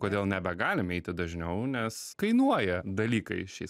kodėl nebegalim eiti dažniau nes kainuoja dalykai šiais